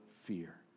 fear